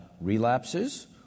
relapses